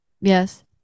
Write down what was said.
yes